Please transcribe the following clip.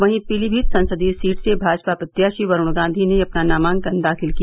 वहीं पीलीभीत संसदीय सीट से भाजपा प्रत्याशी वरूण गांधी ने अपना नामांकन दाखिल किया